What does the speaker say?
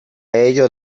ello